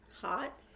hot